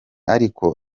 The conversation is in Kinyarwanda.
ariko